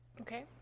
Okay